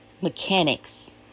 mechanics